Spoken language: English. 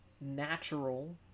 natural